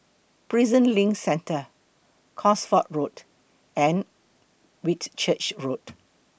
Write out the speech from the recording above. Prison LINK Centre Cosford Road and Whitchurch Road